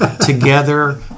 together